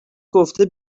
گفته